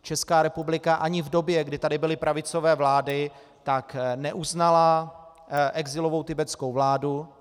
Česká republika ani v době, kdy tady byly pravicové vlády, neuznala exilovou tibetskou vládu.